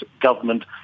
government